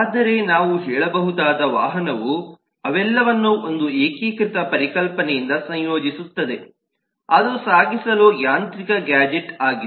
ಆದರೆ ನಾವು ಹೇಳಬಹುದಾದ ವಾಹನವು ಅವೆಲ್ಲವನ್ನೂ ಒಂದು ಏಕೀಕೃತ ಪರಿಕಲ್ಪನೆಯಿಂದ ಸಂಯೋಜಿಸುತ್ತದೆ ಅದು ಸಾಗಿಸಲು ಯಾಂತ್ರಿಕೃತ ಗ್ಯಾಜೆಟ್ ಆಗಿದೆ